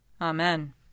Amen